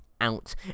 out